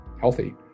healthy